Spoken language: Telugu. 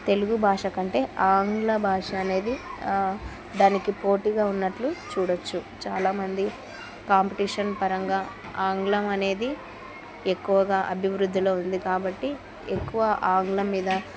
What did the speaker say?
తెలుగు భాషకంటే ఆంగ్ల భాష అనేది దానికి పోటీగా ఉన్నట్లు చూడవచ్చు చాలామంది కాంపిటీషన్ పరంగా ఆంగ్లం అనేది ఎక్కువగా అభివృద్ధిలో ఉంది కాబట్టి ఎక్కువ ఆంగ్లం మీద